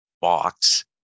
box